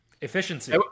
Efficiency